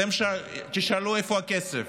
אתם תשאלו איפה הכסף,